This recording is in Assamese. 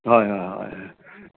হয় হয় হয়